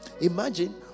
imagine